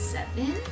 Seven